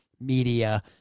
media